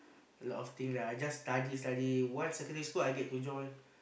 a lot of thing lah just study studying once secondary school I get to join